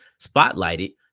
spotlighted